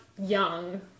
young